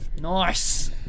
nice